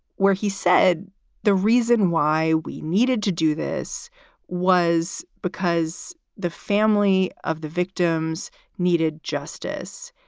where he said the reason why we needed to do this was because the family of the victims needed justice.